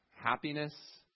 happiness